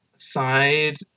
side